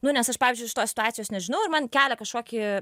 nu nes aš pavyzdžiui šitos situacijos nežinau ir man kelia kažkokį